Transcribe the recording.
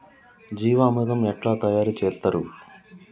జీవామృతం ఎట్లా తయారు చేత్తరు?